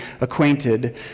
acquainted